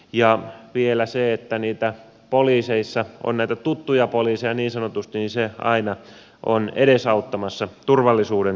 ja vielä se että poliiseissa on näitä tuttuja poliiseja niin sanotusti on aina edesauttamassa turvallisuuden tuntemusta